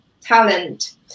talent